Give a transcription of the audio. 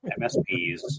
MSPs